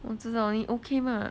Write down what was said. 我知道你 okay mah